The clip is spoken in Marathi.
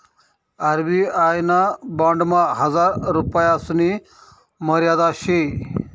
आर.बी.आय ना बॉन्डमा हजार रुपयासनी मर्यादा शे